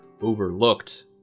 overlooked